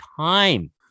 time